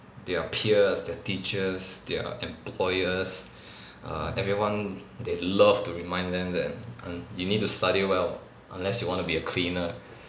their peers their teachers their employers err everyone they love to remind them that uh you need to study well unless you want to be a cleaner